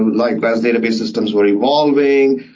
like past database systems were evolving,